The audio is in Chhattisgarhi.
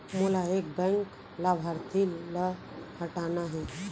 मोला एक बैंक लाभार्थी ल हटाना हे?